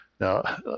Now